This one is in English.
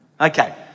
Okay